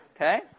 Okay